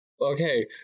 Okay